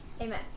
Amen